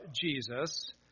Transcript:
Jesus